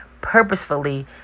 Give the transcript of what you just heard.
purposefully